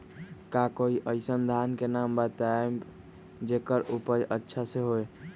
का कोई अइसन धान के नाम बताएब जेकर उपज अच्छा से होय?